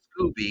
Scooby